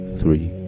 three